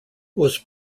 was